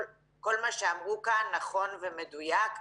כל מה שאמרו כאן נכון ומדויק,